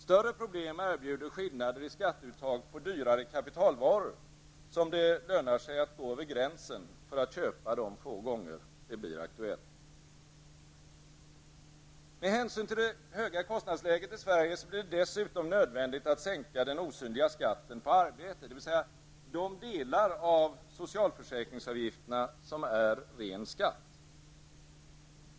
Större problem erbjuder skillnader i skatteuttag på dyrare kapitalvaror, som det lönar sig att gå över gränsen för att köpa de få gånger det blir aktuellt. Med hänsyn till det höga kostnadsläget i Sverige blir det dessutom nödvändigt att sänka den osynliga skatten på arbete, dvs. de delar av socialförsäkringsavgifterna som är ren skatt.